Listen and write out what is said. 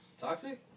Toxic